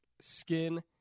skin